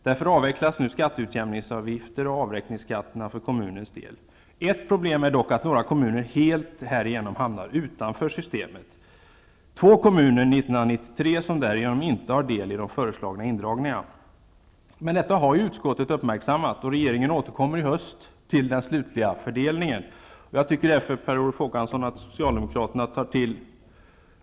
Därför avvecklas nu skatteutjämningsavgifter och avräkningsskatten för kommunernas del. Ett problem är dock att några kommuner härigenom helt hamnar utanför systemet; under 1993 två kommuner, som därigenom inte får del i de föreslagna indragningarna. Men detta har utskottet uppmärksammat, och regeringen återkommer i höst till den slutliga fördelningen. Jag tycker därför att socialdemokraterna inkl.